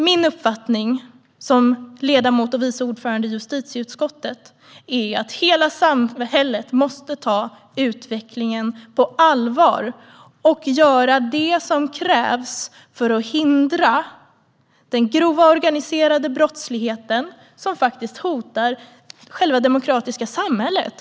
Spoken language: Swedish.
Min uppfattning som ledamot och vice ordförande i justitieutskottet är att hela samhället måste ta utvecklingen på allvar och göra det som krävs för att hindra den grova organiserade brottslighet som hotar själva det demokratiska samhället.